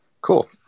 Cool